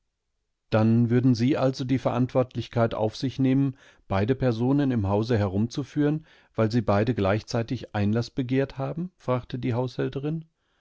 dann würden sie also die verantwortlichkeit auf sich nehmen beide personen im hause herumzuführen weil sie beide gleichzeitig einlaß begehrt haben fragte die haushälterin